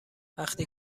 وقتی